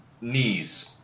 knees